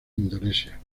indonesia